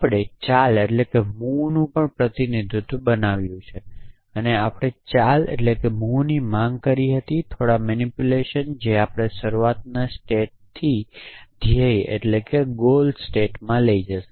આપણે ચાલ નું પ્રતિનિધિત્વ બનાવ્યું છે અને આપણે ચાલની માંગ કરી હતી થોડી મેનીપુલેશન જે આપણને શરૂઆતના સ્ટેટથી ધ્યેય સ્ટેટમાં લઈ જશે